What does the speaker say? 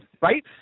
right